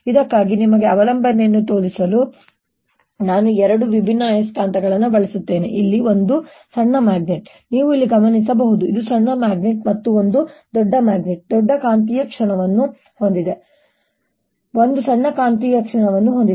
ಇದಕ್ಕಾಗಿ ನಿಮಗೆ ಅವಲಂಬನೆಯನ್ನು ತೋರಿಸಲು ನಾನು ಎರಡು ವಿಭಿನ್ನ ಆಯಸ್ಕಾಂತಗಳನ್ನು ಬಳಸುತ್ತೇನೆ ಇಲ್ಲಿ ಒಂದು ಸಣ್ಣ ಮ್ಯಾಗ್ನೆಟ್ ನೀವು ಇಲ್ಲಿ ಗಮನಹರಿಸಬಹುದು ಇದು ಸಣ್ಣ ಮ್ಯಾಗ್ನೆಟ್ ಮತ್ತು ಒಂದು ದೊಡ್ಡ ಮ್ಯಾಗ್ನೆಟ್ ಒಂದು ದೊಡ್ಡ ಕಾಂತೀಯ ಕ್ಷಣವನ್ನು ಹೊಂದಿದೆ ಒಂದು ಸಣ್ಣ ಕಾಂತೀಯ ಕ್ಷಣವನ್ನು ಹೊಂದಿದೆ